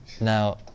Now